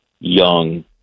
young